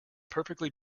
perfectly